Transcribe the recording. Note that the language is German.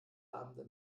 abend